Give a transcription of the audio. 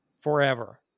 forever